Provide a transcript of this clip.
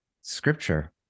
scripture